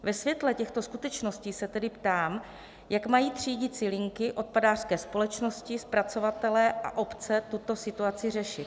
Ve světle těchto skutečností se tedy ptám, jak mají třídicí linky, odpadářské společnosti, zpracovatelé a obce tuto situaci řešit.